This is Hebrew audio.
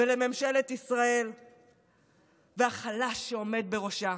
לממשלת ישראל ולחלש שעומד בראשה,